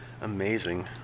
Amazing